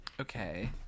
Okay